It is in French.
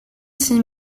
six